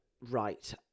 right